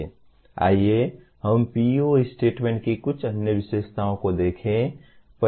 आइए हम PEO statement की कुछ अन्य विशेषताओं को देखें